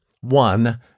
one